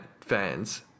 fans